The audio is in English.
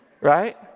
Right